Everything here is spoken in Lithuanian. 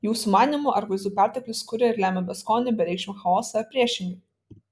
jūsų manymu ar vaizdų perteklius kuria ir lemia beskonį bereikšmį chaosą ar priešingai